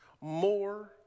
more